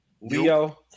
Leo